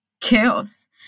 chaos